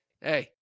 Hey